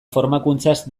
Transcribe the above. formakuntzaz